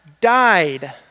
died